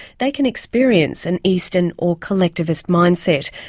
they can experience an eastern or collectivist mindset,